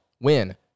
win